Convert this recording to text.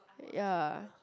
ya